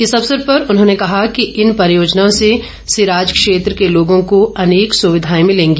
इस अवसर पर उन्होंने कहा कि इन परियोजनाओं से सिराज क्षेत्र के लोगों को अनेक सुविधाएं मिलेगी